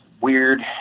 weird